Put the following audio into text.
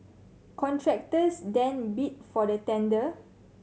contractors then bid for the tender